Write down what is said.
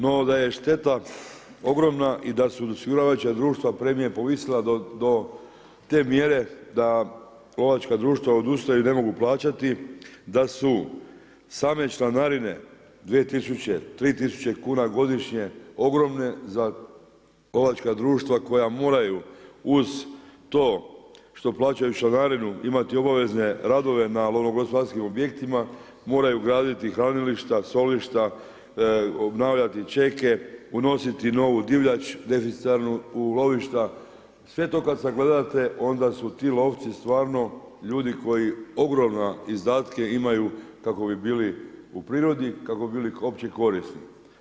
No da je šteta ogromna i da su osiguravajuća društva premije povisila do te mjere da lovačka društva odustaju ne mogu plaćati, da su same članarine dvije, tri tisuće kuna godišnje ogromne za lovačka društva koja moraju uz to što plaćaju članarinu imati obvezne radove na lovogospodarskim objektima, moraju graditi hranilišta, solišta, obnavljati čeke, unositi novu divljač deficitarnu u lovišta, sve to kada sagledate onda su ti lovci stvarno ljudi koji ogromne izdatke imaju kako bi bili u prirodi kako bi bili opće korisni.